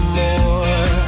more